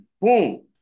Boom